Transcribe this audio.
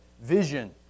vision